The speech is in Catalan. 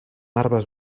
armes